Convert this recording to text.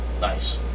Nice